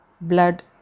blood